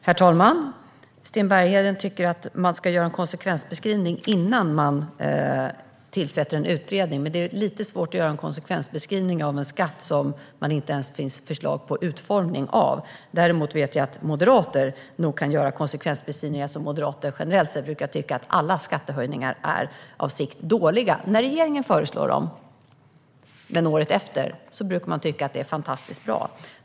Herr talman! Sten Bergheden tycker att man ska göra en konsekvensbeskrivning innan man tillsätter en utredning. Det är dock lite svårt att göra en konsekvensbeskrivning av en skatt som det inte ens finns förslag på utformning av. Men Moderaterna kan nog göra konsekvensbeskrivningar eftersom Moderaterna generellt sätt tycker att alla skattehöjningar är dåliga när regeringen föreslår dem. Men året efter brukar Moderaterna tycka att de är fantastiskt bra.